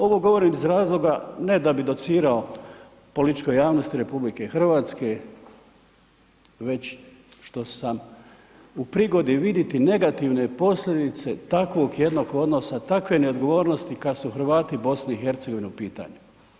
Ovo govorim iz razloga, ne da bi docirao političkoj javnosti RH već što sam u prigodi vidjeti negativne posljedice takvog jednog odnosa, takve neodgovornosti kada su Hrvati BiH u pitanju.